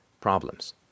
problems